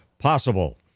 Possible